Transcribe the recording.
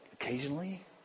Occasionally